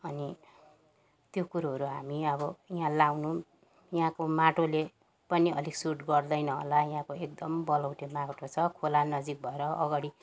अनि त्यो कुरोहरू हामी अब यहाँ लगाउनु यहाँको माटोले पनि अलिक सुट गर्दैन होला यहाँको एकदम बलौटे माटो छ खोला नजिक भएर अगाडि